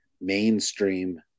mainstream